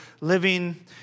living